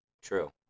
True